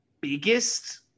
biggest